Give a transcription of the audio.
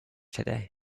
today